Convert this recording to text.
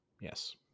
Yes